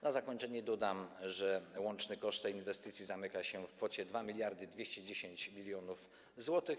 Na zakończenie dodam, że łączny koszt tej inwestycji zamyka się w kwocie 2210 mln zł.